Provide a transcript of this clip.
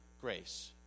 grace